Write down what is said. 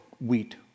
wheat